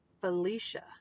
Felicia